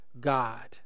God